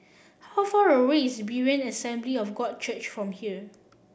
how far away is Berean Assembly of God Church from here